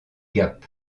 gap